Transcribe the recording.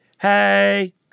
Hey